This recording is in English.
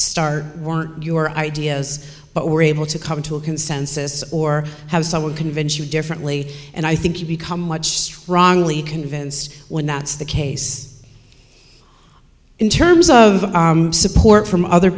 star weren't your ideas but were able to come to a consensus or have someone convince you differently and i think you become much strongly convinced when that's the case in terms of support from other